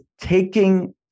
taking